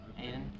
Aiden